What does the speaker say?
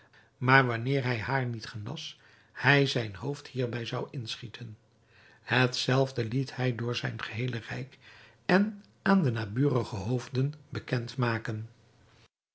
maar wanneer hij haar niet genas hij zijn hoofd hierbij zou inschieten het zelfde liet hij door zijn geheele rijk en aan de naburige hoven bekendmaken